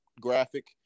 graphic